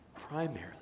Primarily